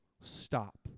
stop